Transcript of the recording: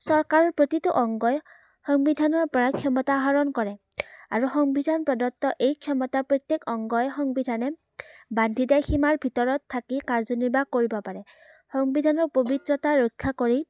চৰকাৰৰ প্ৰতিটো অংগই সংবিধানৰ পৰা ক্ষমতা আহৰণ কৰে আৰু সংবিধান প্ৰদত্ত এই ক্ষমতা প্ৰত্যেক অংগই সংবিধানে বান্ধি দিয়া সীমাৰ ভিতৰত থাকি কাৰ্যনিৰ্বাহ কৰিব পাৰে সংবিধানৰ পৱিত্ৰতা ৰক্ষা কৰি